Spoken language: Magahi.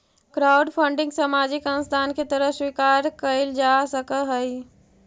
क्राउडफंडिंग सामाजिक अंशदान के तरह स्वीकार कईल जा सकऽहई